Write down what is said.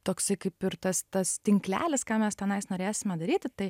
toksai kaip ir tas tas tinklelis ką mes tenais norėsime daryti tai